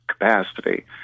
capacity